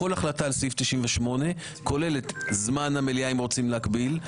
כל החלטה על סעיף 98 כוללת זמן המליאה אם רוצים להגביל,